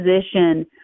position